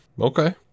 Okay